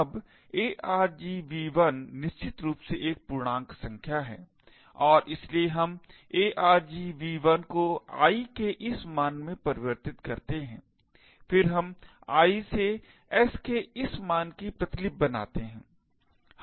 अब argv1 निश्चित रूप से एक पूर्णांक संख्या है और इसलिए हम argv1 को i के इस मान में परिवर्तित करते हैं फिर हम i से s के इस मान की प्रतिलिपि बनाते हैं